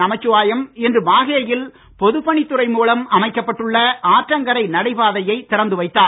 நமச்சிவாயம் இன்று மாஹேயில் பொதுப் பணித் துறை மூலம் அமைக்கப்பட்டு உள்ள ஆற்றங்கரை நடைபாதையை திறந்து வைத்தார்